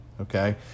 okay